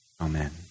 Amen